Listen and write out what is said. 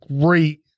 great